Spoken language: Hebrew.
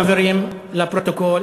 לא מעבירים לפרוטוקול.